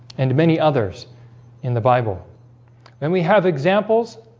and many others in the bible and we have examples